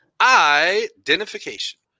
identification